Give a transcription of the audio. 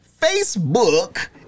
Facebook